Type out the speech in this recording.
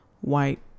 white